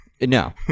No